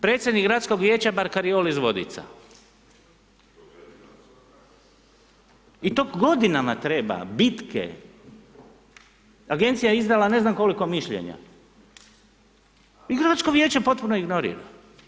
Predsjednik gradskog vijeća barkaroli iz Vodica i to godinama treba, bitke, agencija je izdala ne znam koliko mišljenja, i gradsko vijeće potpuno ignorira.